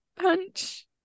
punch